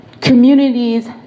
communities